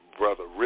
brother